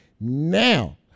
Now